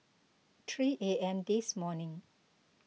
three A M this morning